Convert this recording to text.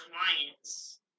clients